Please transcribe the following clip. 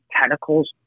tentacles